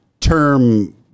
Term